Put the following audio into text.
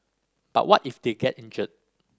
but what if they get injured